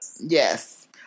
Yes